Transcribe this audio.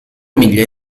miglia